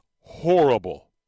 horrible